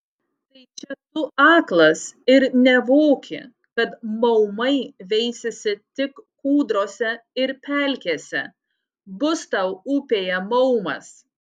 tai čia tu aklas ir nevoki kad maumai veisiasi tik kūdrose ir pelkėse bus tau upėje maumas